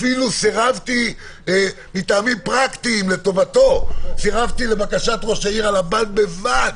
סירבתי מטעמים פרקטיים לבקשת ראש העיר ל"בד בבד".